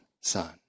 son